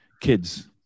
kids